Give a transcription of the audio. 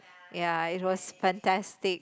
ya it was fantastic